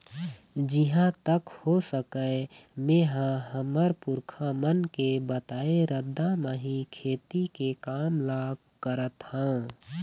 जिहाँ तक हो सकय मेंहा हमर पुरखा मन के बताए रद्दा म ही खेती के काम ल करथँव